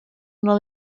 una